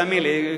תאמין לי,